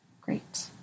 Great